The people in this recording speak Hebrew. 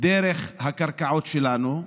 דרך הקרקעות שלנו,